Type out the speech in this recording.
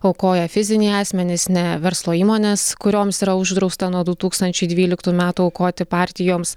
aukoja fiziniai asmenys ne verslo įmonės kurioms yra uždrausta nuo du tūkstančiai dvyliktų metų aukoti partijoms